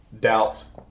doubts